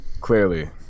clearly